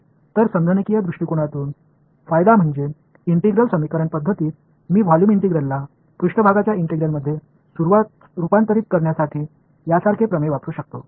तर संगणकीय दृष्टीकोनातून फायदा म्हणजे इंटिग्रल समीकरण पध्दतीत मी व्हॉल्यूम इंटिग्रलला पृष्ठभागाच्या इंटिग्रलमध्ये रूपांतरित करण्यासाठी यासारखे प्रमेय वापरू शकतो